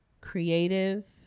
creative